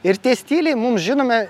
ir tie stiliai mums žinomi